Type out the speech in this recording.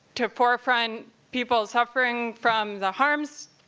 to forefront people suffering from the harms